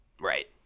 Right